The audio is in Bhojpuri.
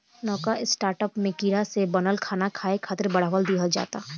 नवका स्टार्टअप में कीड़ा से बनल खाना खाए खातिर बढ़ावा दिहल जाता